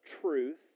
truth